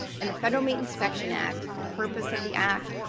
and the federal meat inspection act, the purpose of the act,